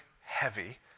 heavy